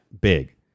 big